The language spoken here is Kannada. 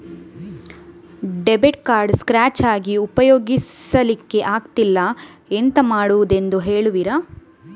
ಡೆಬಿಟ್ ಕಾರ್ಡ್ ಸ್ಕ್ರಾಚ್ ಆಗಿ ಉಪಯೋಗಿಸಲ್ಲಿಕ್ಕೆ ಆಗ್ತಿಲ್ಲ, ಎಂತ ಮಾಡುದೆಂದು ಹೇಳುವಿರಾ?